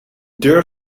deur